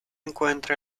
encuentra